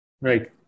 Right